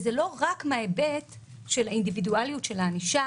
זה לא רק מן ההיבט של האינדיבידואליות של הענישה,